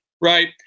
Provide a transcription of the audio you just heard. Right